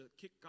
kick